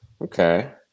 okay